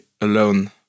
alone